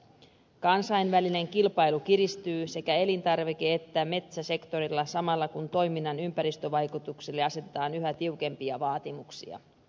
kansainvälinen kilpailu kiristyy sekä elintarvike että metsäsektorilla samalla kun toiminnan ympäristövaikutuksille asetetaan yhä tiukempia vaatimuksia